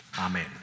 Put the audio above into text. amen